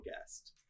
guest